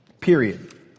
Period